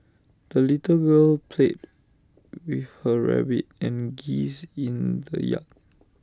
the little girl played with her rabbit and geese in the yard